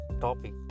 topic